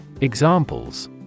Examples